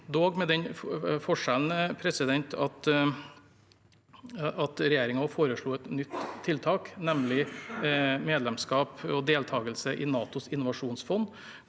med den forskjellen at regjeringen også foreslo et nytt tiltak, nemlig medlemskap og deltakelse i NATOs innovasjonsfond,